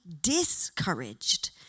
discouraged